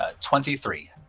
Twenty-three